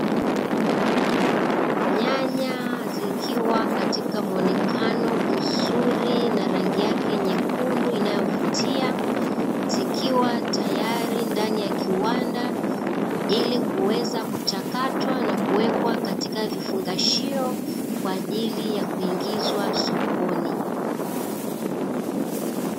Nyanya zikiwa katika muonekano mzuri na rangi yake nyekundu inayovutia, zikiwa tayari ndani ya kiwanda ili kuweza kuchakatwa na kuwekwa katika vifungashio kwa ajili ya kuingizwa sokoni.